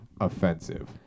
offensive